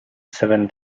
seven